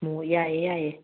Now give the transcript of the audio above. ꯑꯣ ꯌꯥꯏꯌꯦ ꯌꯥꯏꯌꯦ